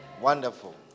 Wonderful